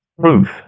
truth